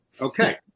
Okay